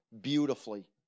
beautifully